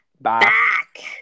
back